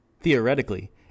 theoretically